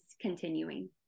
continuing